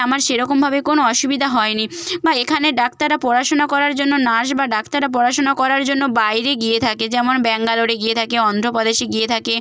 আমার সেরকমভাবে কোনো অসুবিধা হয়নি বা এখানের ডাক্তাররা পড়াশুনা করার জন্য নার্স বা ডাক্তাররা পড়াশুনা করার জন্য বাইরে গিয়ে থাকে যেমন ব্যাঙ্গালোরে গিয়ে থাকে অন্ধ্রপ্রদেশে গিয়ে থাকে